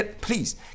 Please